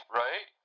right